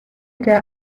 der